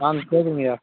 ஆ போதுங்கய்யா